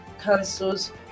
cancels